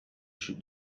should